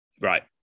right